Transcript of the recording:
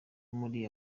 muri